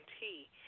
tea